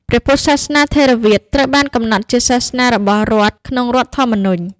ព្រះពុទ្ធសាសនាថេរវាទត្រូវបានកំណត់ជាសាសនារបស់រដ្ឋក្នុងរដ្ឋធម្មនុញ្ញ។